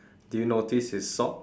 do you notice his sock